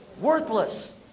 Worthless